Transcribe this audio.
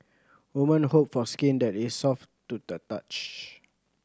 women hope for skin that is soft to the touch